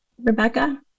Rebecca